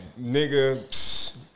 nigga